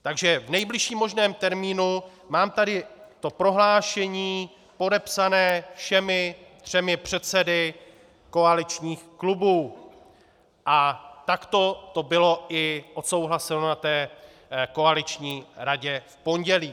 Takže v nejbližším možném termínu, mám tady prohlášení podepsané všemi třemi předsedy koaličních klubů a takto to bylo i odsouhlaseno na koaliční radě v pondělí.